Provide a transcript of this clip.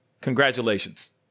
Congratulations